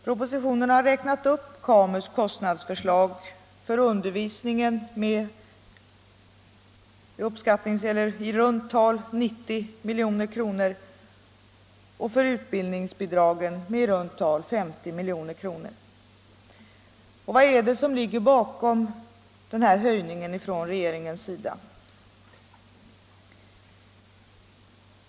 Propositionen har räknat upp KAMU:s kostnadsförslag för undervisningen med i runt tal 90 milj.kr. och för utbildningsbidraget med i runt tal 50 milj.kr. Vad är det då som ligger bakom den höjningen av regeringen?